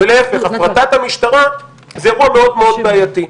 ולהיפך, הפרטת המשטרה זה אירוע מאוד מאוד בעייתי.